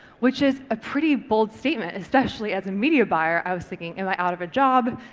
which is a pretty bold statement especially as a media buyer, i was thinking, am i out of a job?